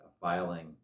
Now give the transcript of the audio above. filing